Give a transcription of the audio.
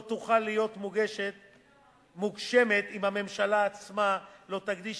לא תוכל להיות מוגשמת אם הממשלה עצמה לא תקדיש